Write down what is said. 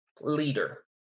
leader